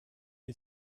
had